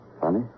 Funny